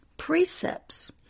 precepts